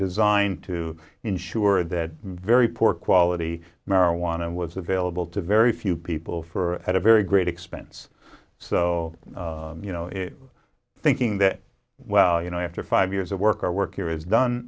designed to ensure that very poor quality marijuana was available to very few people for at a very great expense so you know thinking that well you know after five years of work our work here is done